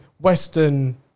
Western